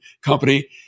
company